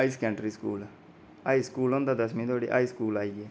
ओह्दे बाद आई गे हाई स्कूल ड हाई स्कूल होंदा दसमी तगर